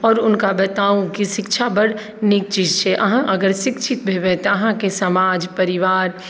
आओर हुनका बताउ कि शिक्षा बड़ नीक चीज छै अहाँ अगर शिक्षित होयबै तऽ अहाँकेँ समाज परिवार